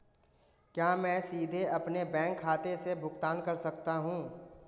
क्या मैं सीधे अपने बैंक खाते से भुगतान कर सकता हूं?